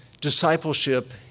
discipleship